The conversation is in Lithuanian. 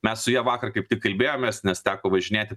mes su ja vakar kaip tik kalbėjomės nes teko važinėti